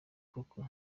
koko